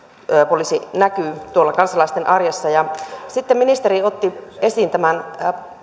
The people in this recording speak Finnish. poliisi näkyy tuolla kansalaisten arjessa sitten ministeri otti esiin tämän